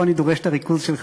פה אני דורש את הריכוז שלך,